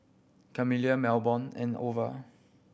Camila Melbourne and Ova